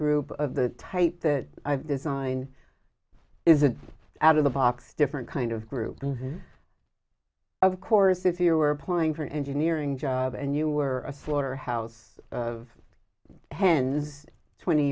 group of the type that i've designed is it's out of the box different kind of group and of course if you are applying for an engineering job and you were a slaughterhouse of hands twenty